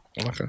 Okay